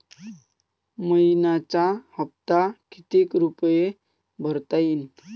मइन्याचा हप्ता कितीक रुपये भरता येईल?